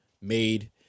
made